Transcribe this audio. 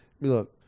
Look